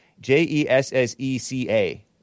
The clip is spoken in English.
J-E-S-S-E-C-A